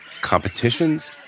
Competitions